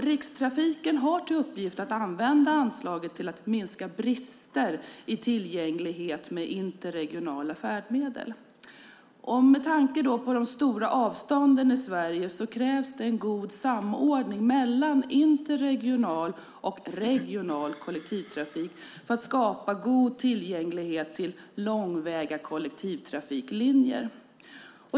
Rikstrafiken har till uppgift att använda anslaget till att minska brister i tillgänglighet med interregionala färdmedel. Med tanke på de stora avstånden i Sverige krävs en god samordning mellan interregional och regional kollektivtrafik för att skapa god tillgänglighet till långväga kollektivtrafiklinjer.